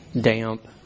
damp